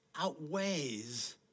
outweighs